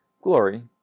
Glory